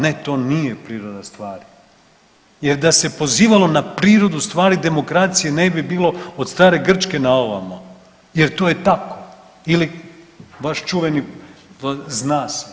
Ne to nije priroda stvari jer da se pozivalo na prirodu stvari demokracije ne bi bilo od stare Grčke na ovamo jel, to je tako ili vaš čuveni zna se.